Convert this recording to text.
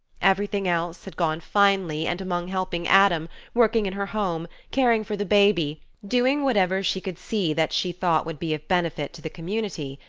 everything else had gone finely and among helping adam, working in her home, caring for the baby, doing whatever she could see that she thought would be of benefit to the community,